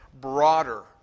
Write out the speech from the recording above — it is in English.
broader